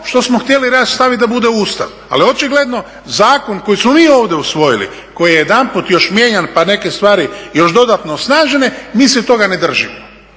što smo htjeli staviti ra bude u Ustav. Ali očigledno zakon koji smo mi ovdje usvojili, koji je jedanput još mijenjan pa neke stvari još dodatno osnažene, mi se toga ne držimo.